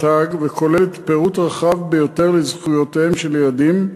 האג וכוללת פירוט רחב ביותר של זכויותיהם של ילדים,